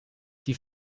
die